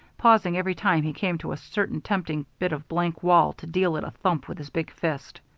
pausing every time he came to a certain tempting bit of blank wall to deal it a thump with his big fist.